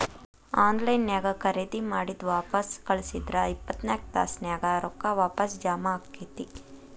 on line ನ್ಯಾಗ್ ಖರೇದಿ ಮಾಡಿದ್ ವಾಪಸ್ ಕಳ್ಸಿದ್ರ ಇಪ್ಪತ್ನಾಕ್ ತಾಸ್ನ್ಯಾಗ್ ರೊಕ್ಕಾ ವಾಪಸ್ ಜಾಮಾ ಆಕ್ಕೇತಿ